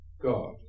God